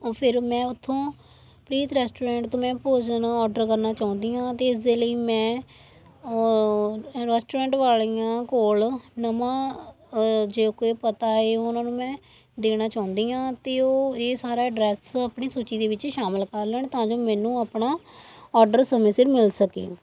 ਉਹ ਫਿਰ ਮੈਂ ਉੱਥੋਂ ਪ੍ਰੀਤ ਰੈਸਟੋਰੈਂਟ ਤੋਂ ਮੈਂ ਭੋਜਨ ਔਡਰ ਕਰਨਾ ਚਾਹੁੰਦੀ ਹਾਂ ਅਤੇ ਇਸਦੇ ਲਈ ਮੈਂ ਰੈਸਟੋਰੈਂਟ ਵਾਲਿਆਂ ਕੋਲ ਨਵਾਂ ਜੇ ਕੋਈ ਪਤਾ ਏ ਉਹ ਉਹਨਾਂ ਨੂੰ ਮੈਂ ਦੇਣਾ ਚਾਹੁੰਦੀ ਹਾਂ ਅਤੇ ਉਹ ਇਹ ਸਾਰਾ ਐਡਰੈੱਸ ਆਪਣੀ ਸੂਚੀ ਦੇ ਵਿੱਚ ਸ਼ਾਮਿਲ ਕਰ ਲੈਣ ਤਾਂ ਜੋ ਮੈਨੂੰ ਆਪਣਾ ਔਡਰ ਸਮੇਂ ਸਿਰ ਮਿਲ ਸਕੇ